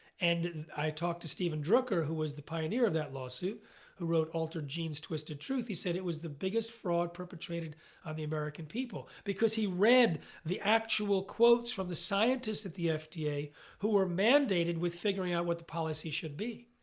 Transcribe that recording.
and i talked to steven drucker who was the pioneer of that lawsuit who ah wrote altered genes, twisted truth. he said it was the biggest fraud perpetrated on the american people. because he read the actual quotes from the scientists at the fda who were mandated with figuring out what the policy should be.